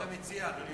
הוא